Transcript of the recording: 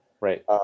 Right